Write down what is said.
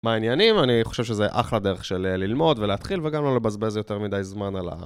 מה העניינים? אני חושב שזה אחלה דרך של ללמוד ולהתחיל וגם לא לבזבז יותר מדי זמן על ...